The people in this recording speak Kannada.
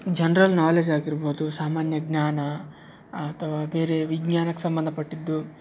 ಜನ್ರಲ್ ನಾಲೆಜ್ ಆಗಿರ್ಬೋದು ಸಾಮಾನ್ಯ ಜ್ಞಾನ ಅಥವಾ ಬೇರೆ ವಿಜ್ಞಾನಕ್ಕೆ ಸಂಬಂಧಪಟ್ಟಿದ್ದು